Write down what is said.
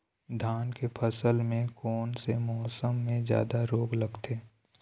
धान के फसल मे कोन से मौसम मे जादा रोग लगथे?